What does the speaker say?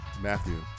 Matthew